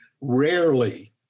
Rarely